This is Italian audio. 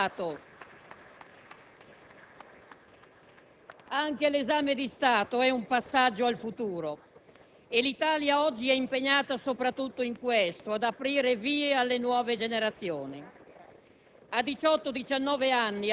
Anche l'esame di Stato è un passaggio al futuro. E l'Italia oggi è impegnata soprattutto in questo: ad aprire vie alle nuove generazioni.